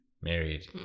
married